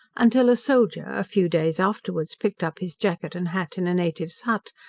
until a soldier, a few days afterwards, picked up his jacket and hat in a native's hut,